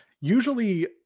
Usually